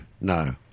no